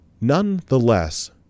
Nonetheless